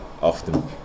often